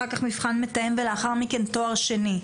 אחר כך מבחן מתאם ולאחר מכן תואר שני?